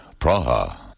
Praha